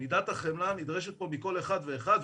מידת החמלה נדרשת פה מכל אחד ואחד,